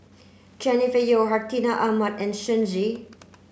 Jennifer Yeo Hartinah Ahmad and Shen Xi